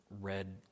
read